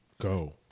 Go